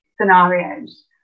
scenarios